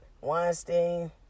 Weinstein